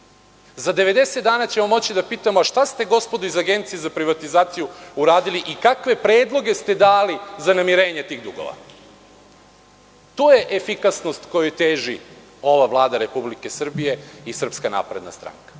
90 dana ćemo moći da pitamo – šta ste, gospodo iz Agencije za privatizaciju, uradili i kakve predloge ste dali za namirenje tih dugova? To je efikasnost kojoj teži ova Vlada Republike Srbije i SNS, ne da čekamo